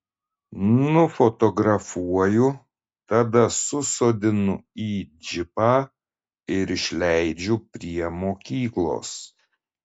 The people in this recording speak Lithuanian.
nufotografuoju tada susodinu į džipą ir išleidžiu prie mokyklos